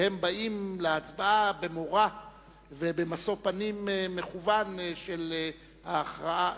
שהם באים להצבעה במורא ובמשוא פנים מכוון של ההכרה,